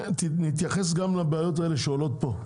ונתייחס גם לבעיות האלה שעולות פה.